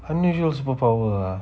unusual superpower ah